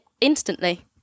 instantly